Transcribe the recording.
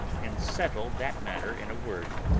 and settled that matter in a word.